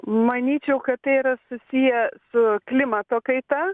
manyčiau kad tai yra susiję su klimato kaita